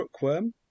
rookworm